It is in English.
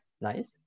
nice